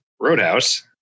Roadhouse